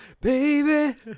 Baby